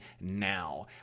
now